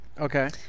Okay